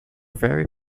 very